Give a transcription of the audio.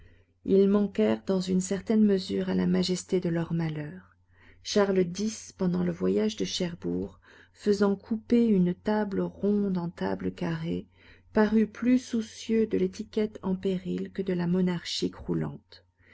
ils manquèrent dans une certaine mesure à la majesté de leur malheur charles x pendant le voyage de cherbourg faisant couper une table ronde en table carrée parut plus soucieux de l'étiquette en péril que de la monarchie croulante